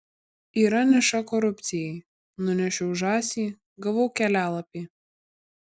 yra niša korupcijai nunešiau žąsį gavau kelialapį